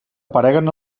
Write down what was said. apareguen